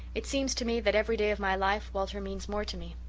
it seems to me that every day of my life walter means more to me.